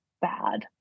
bad